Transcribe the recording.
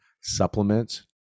supplements